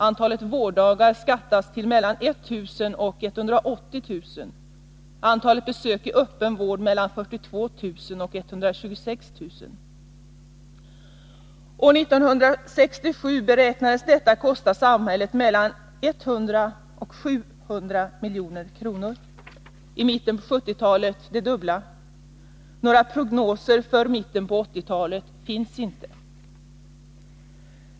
Antalet vårddagar skattas till mellan 10 000 och 180 000 och antalet besök i öppen vård till mellan 42 000 och 126 000. År 1967 beräknades detta kosta samhället mellan 100 milj.kr. och 700 milj.kr. — i mitten av 1970-talet det dubbla. Några prognoser för mitten av 1980-talet finns inte.